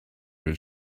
his